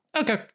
Okay